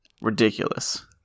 Ridiculous